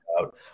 out